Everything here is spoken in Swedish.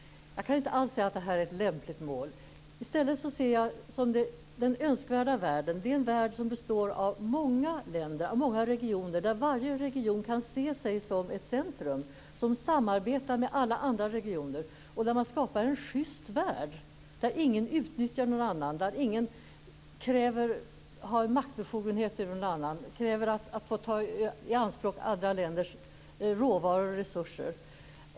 Jag kan inte alls se att det här är ett lämpligt mål. Jag tycker i stället att den önskvärda världen är en värld som består av många regioner, där varje region kan se sig som ett centrum som samarbetar med alla andra regioner och där man skapar en schyst värld där ingen utnyttjar någon annan, där ingen har maktbefogenheter över någon annan eller kräver att få ta i anspråk andra länders råvaror och resurser.